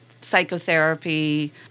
psychotherapy